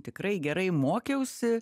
tikrai gerai mokiausi